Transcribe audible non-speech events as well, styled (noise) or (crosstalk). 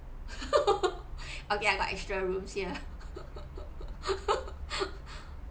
(laughs) okay I got extra rooms here (laughs)